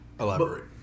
Elaborate